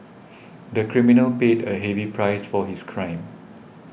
the criminal paid a heavy price for his crime